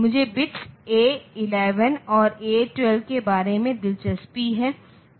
मुझे bits A 11 और A 12 के बारे में दिलचस्पी है